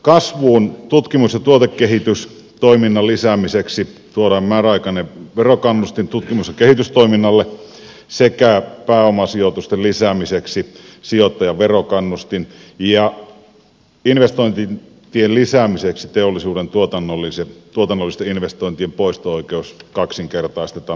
kasvuun tutkimus ja tuotekehitystoiminnan lisäämiseksi tuodaan määräaikainen verokannustin tutkimus ja kehitystoiminnalle sekä pääomasijoitusten lisäämiseksi sijoittajan verokannustin ja investointien lisäämiseksi teollisuuden tuotannollisten investointien poisto oikeus kaksinkertaistetaan määräaikaisesti tosin